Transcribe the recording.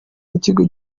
n’ikigo